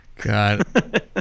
God